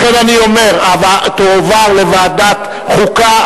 לכן אני אומר שהצעת החוק תועבר לוועדת החוקה,